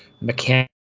mechanics